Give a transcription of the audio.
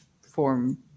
form